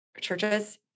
churches